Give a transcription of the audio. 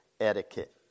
etiquette